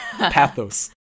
Pathos